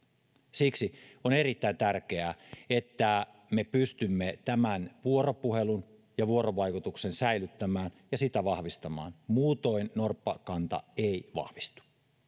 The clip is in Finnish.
siksi on erittäin tärkeää että me pystymme tämän vuoropuhelun ja vuorovaikutuksen säilyttämään ja sitä vahvistamaan muutoin norppakanta ei vahvistu